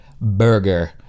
burger